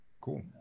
Cool